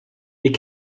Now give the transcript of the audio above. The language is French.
est